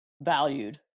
valued